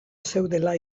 zeudela